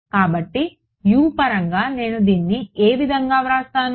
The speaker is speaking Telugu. కాబట్టి U పరంగా నేను దీన్ని ఏ విధంగా వ్రాస్తాను